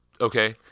okay